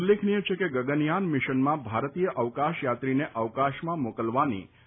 ઉલ્લેખનીય છે કે ગગન યાન મિશનમાં ભારતીય અવકાશ યાત્રીને અવકાશમાં મોકલવાની નેમ રખાઇ છે